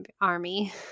Army